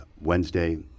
Wednesday